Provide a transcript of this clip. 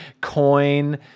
Coin